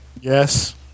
Yes